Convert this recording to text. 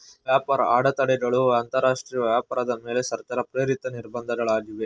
ವ್ಯಾಪಾರ ಅಡೆತಡೆಗಳು ಅಂತರಾಷ್ಟ್ರೀಯ ವ್ಯಾಪಾರದ ಮೇಲೆ ಸರ್ಕಾರ ಪ್ರೇರಿತ ನಿರ್ಬಂಧ ಗಳಾಗಿವೆ